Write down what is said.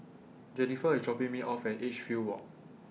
Jennifer IS dropping Me off At Edgefield Walk